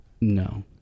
No